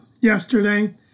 Yesterday